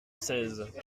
seize